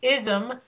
ism